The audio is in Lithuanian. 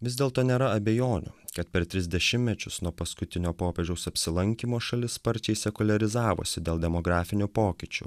vis dėlto nėra abejonių kad per tris dešimtmečius nuo paskutinio popiežiaus apsilankymo šalis sparčiai sekuliarizavosi dėl demografinio pokyčių